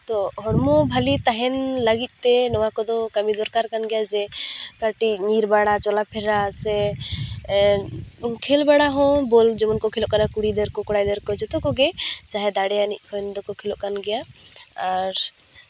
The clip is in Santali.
ᱛᱚ ᱦᱚᱲᱢᱚ ᱵᱷᱟᱞᱮ ᱛᱟᱦᱮᱱ ᱞᱟᱹᱜᱤᱫ ᱛᱮ ᱱᱚᱣᱟ ᱠᱚᱫᱚ ᱠᱟᱹᱢᱤ ᱫᱚᱨᱠᱟᱨ ᱠᱟᱱ ᱜᱮᱭᱟ ᱡᱮ ᱠᱟᱹᱴᱤᱡ ᱧᱤᱨ ᱵᱟᱲᱟ ᱪᱚᱞᱟ ᱯᱷᱮᱨᱟ ᱥᱮ ᱠᱷᱮᱞ ᱵᱟᱲᱟ ᱦᱚᱸ ᱵᱚᱞ ᱡᱮᱢᱚᱱ ᱠᱚ ᱠᱷᱮᱞᱚᱜ ᱠᱟᱱᱟ ᱚᱠᱟᱨᱮ ᱠᱩᱲᱤ ᱜᱤᱫᱽᱨᱟᱹ ᱠᱚ ᱠᱚᱲᱟ ᱜᱤᱫᱽᱨᱟᱹ ᱠᱚ ᱡᱚᱛᱚ ᱠᱚᱜᱮ ᱡᱟᱦᱟᱸᱭ ᱫᱟᱲᱮᱭᱟᱱᱤᱡ ᱠᱚᱫᱚ ᱠᱷᱮᱞᱚᱜ ᱠᱟᱱ ᱜᱮᱭᱟ ᱟᱨ